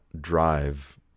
drive